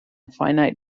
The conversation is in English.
finite